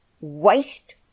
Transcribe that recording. waste